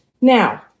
Now